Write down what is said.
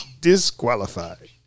Disqualified